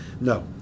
no